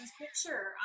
picture